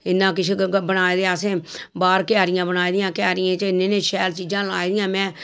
इन्ना किश बनाए दा असें बाह्र क्यारियां बनाई दियां क्यारियें च इन्ने इन्ने शैल चीजां लाई दियां मैं